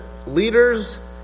Leaders